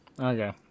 Okay